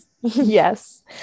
Yes